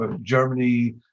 Germany